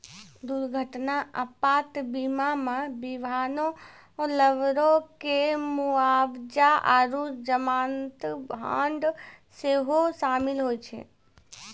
दुर्घटना आपात बीमा मे विमानो, लेबरो के मुआबजा आरु जमानत बांड सेहो शामिल होय छै